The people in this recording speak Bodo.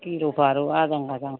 गिलु बालु आजां गाजां